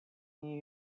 new